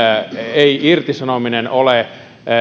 ei irtisanominen ole